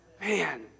Man